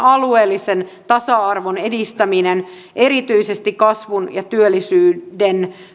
alueellisen tasa arvon edistäminen erityisesti kasvun ja työllisyyden